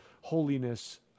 holiness